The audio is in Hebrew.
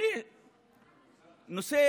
נושא